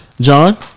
John